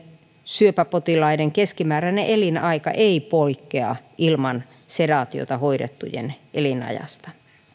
syöpäpotilaiden keskimääräinen elinaika ei poikkea ilman sedaatiota hoidettujen elinajasta